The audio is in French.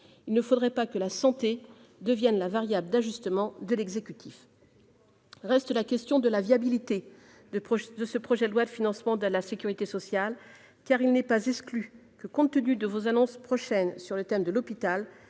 Il ne faudrait pas que la santé devienne la variable d'ajustement de l'exécutif. Reste la question de la viabilité de ce projet de loi de financement de la sécurité sociale, car il n'est pas exclu que, compte tenu de vos annonces prochaines sur le thème de l'hôpital,